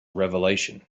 revelation